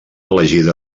elegida